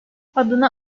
adını